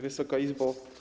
Wysoka Izbo!